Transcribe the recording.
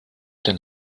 den